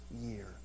year